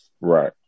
Right